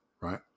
right